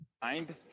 Find